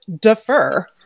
defer